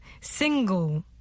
Single